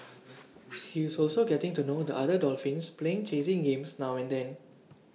he is also getting to know the other dolphins playing chasing games now and then